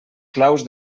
claus